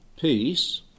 peace